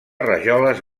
rajoles